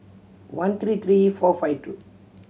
one three three four five two